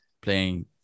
playing